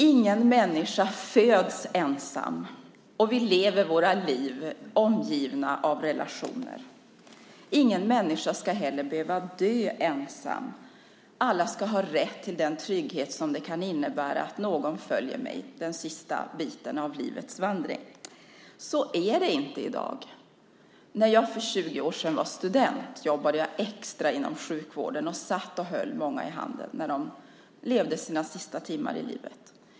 Ingen människa föds ensam, och vi lever våra liv omgivna av relationer. Ingen människa ska heller behöva dö ensam. Alla ska ha rätt till den trygghet som det kan innebära att någon följer med mig den sista biten på livets vandring. Så är det inte i dag. När jag för 20 år sedan var student jobbade jag extra inom sjukvården och satt och höll många i handen när de levde sina sista timmar.